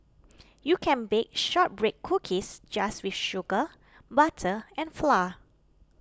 you can bake Shortbread Cookies just with sugar butter and flour